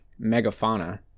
Megafauna